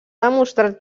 demostrat